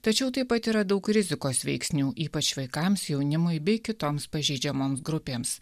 tačiau taip pat yra daug rizikos veiksnių ypač vaikams jaunimui bei kitoms pažeidžiamoms grupėms